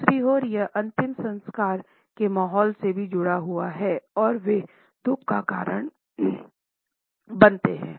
दूसरी ओर यह अंतिम संस्कार के माहौल से भी जुड़ा हुआ है और वे दुःख का कारण बनते हैं